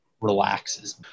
relaxes